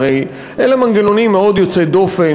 הרי אלה מנגנונים מאוד יוצאי דופן,